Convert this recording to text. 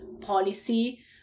policy